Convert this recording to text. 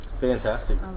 Fantastic